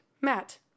Matt